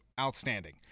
outstanding